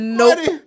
nope